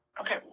Okay